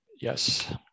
yes